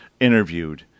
interviewed